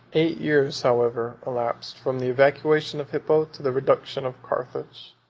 eight years, however, elapsed, from the evacuation of hippo to the reduction of carthage.